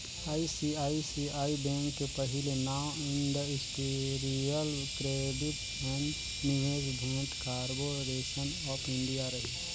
ICICI bank के पहिले नांव इंडस्टिरियल क्रेडिट ऐंड निवेस भेंट कारबो रेसन आँफ इंडिया रहिस